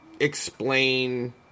explain